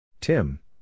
Tim